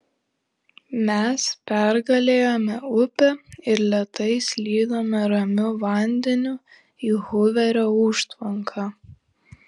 mes pergalėjome upę ir lėtai slydome ramiu vandeniu į huverio užtvanką